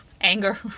anger